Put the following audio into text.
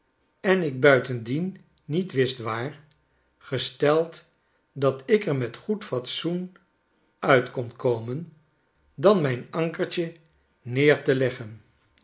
en ik buitendien niet wist waar gesteld dat ik er met goed fatsoen uit kon komen dan mijn ankertje neer te leggen